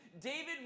David